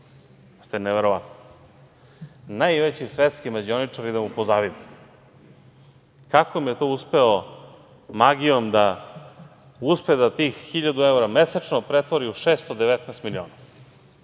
neverovatno. Najveći svetski mađioničari da mu pozavide. Kako li je to uspelo magijom da uspe da tih hiljadu evra mesečno pretvori u 619 miliona?